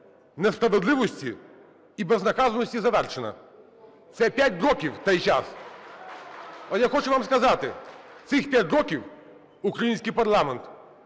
несправедливості і безнаказаності завершена. Це 5 років – той час. От я хочу вам сказати, цих 5 років український парламент